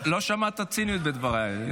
לא שמעת ציניות בדבריי?